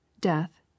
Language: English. death